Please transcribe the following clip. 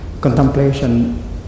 Contemplation